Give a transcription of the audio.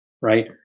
right